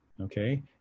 okay